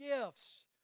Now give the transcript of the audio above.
gifts